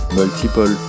multiple